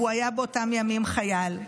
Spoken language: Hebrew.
והוא היה באותם ימים חייל.